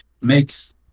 makes